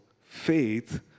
faith